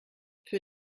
für